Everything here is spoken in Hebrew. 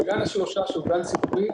גן השלושה שהוא גן ציבורי,